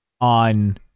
on